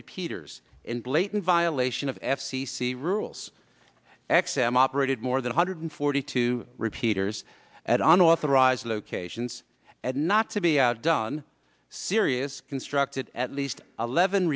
repeaters in blatant violation of f c c rules x m operated more than a hundred forty two repeaters at unauthorized locations and not to be outdone sirius constructed at least eleven